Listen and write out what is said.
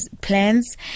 plans